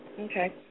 Okay